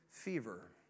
fever